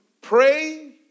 pray